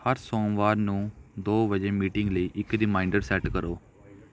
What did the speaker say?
ਹਰ ਸੋਮਵਾਰ ਨੂੰ ਦੋ ਵਜੇ ਮੀਟਿੰਗ ਲਈ ਇੱਕ ਰੀਮਾਈਂਡਰ ਸੈਟ ਕਰੋ